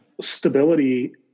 stability